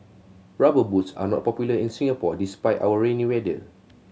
Rubber Boots are not popular in Singapore despite our rainy weather